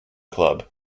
club